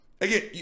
Again